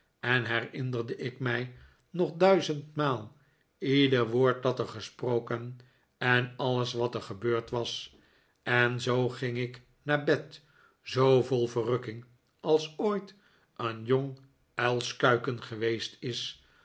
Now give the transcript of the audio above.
en herinnerde ik mij nog duizendmaal ieder woord dat er gesproken en alles wat er gebeurd was en zoo ging ik naar bed zoo vol verrukking als ooit een jong uilskuiken geweest is